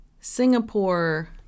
Singapore